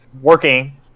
working